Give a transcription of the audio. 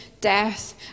death